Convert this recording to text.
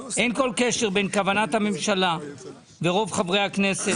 אין כל קשר בין כוונת הממשלה ורוב חברי הכנסת